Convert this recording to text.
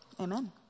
Amen